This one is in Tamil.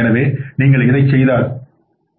எனவே நீங்கள் இதைச் செய்தால்